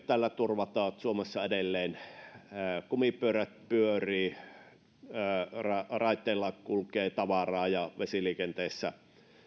tällä turvataan se että suomessa edelleen kumipyörät pyörivät raiteilla kulkee tavaraa ja myös vesiliikenteessä